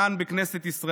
כאן בכנסת ישראל.